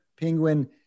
Penguin